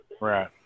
Right